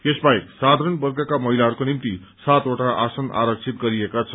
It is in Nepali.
यसबाहेक साधारण वर्गका महिलाहरूको निम्ति सातवटा आसन आरक्षित गरिएका छन्